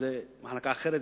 שזאת מחלקה אחרת,